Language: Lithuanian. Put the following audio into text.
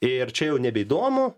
ir čia jau nebeįdomu